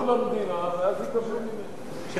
שיתרמו למדינה ואז יקבלו,